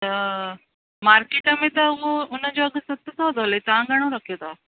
त मार्किट में त हूअ हुनजो अघु सस्तो थो हले तव्हां घणो रखियो अथव